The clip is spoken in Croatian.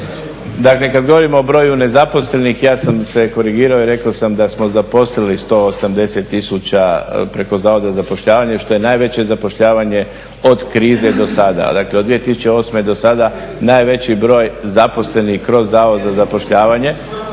Dakle, kad govorimo o broju nezaposlenih, ja sam se korigirao i rekao sam da smo zaposlili 180 tisuća preko Zavoda za zapošljavanje što je najveće zapošljavanje od krize do sada, dakle od 2008. do sada, najveći broj zaposlenih kroz Zavod za zapošljavanje,